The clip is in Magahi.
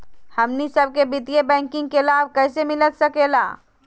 हमनी सबके वित्तीय बैंकिंग के लाभ कैसे मिलता सके ला?